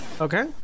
Okay